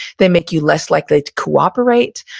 they make you less likely to cooperate.